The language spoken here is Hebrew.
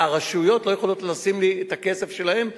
הרשויות לא יכולות לשים לי את הכסף שלהן,